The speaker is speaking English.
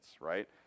right